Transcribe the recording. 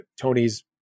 Tony's